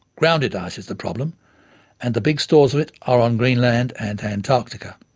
grounded ice is the problem and the big stores of it are on greenland and antarctica.